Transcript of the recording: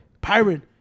Pirate